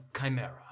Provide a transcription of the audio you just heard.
Chimera